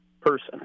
person